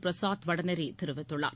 பிரசாத் வடநேரே தெரிவித்துள்ளார்